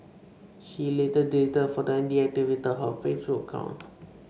she later deleted the photo and deactivated her Facebook account